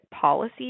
policies